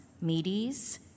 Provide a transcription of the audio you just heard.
Medes